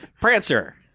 Prancer